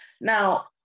Now